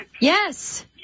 Yes